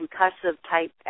concussive-type